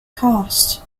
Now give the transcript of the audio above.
cast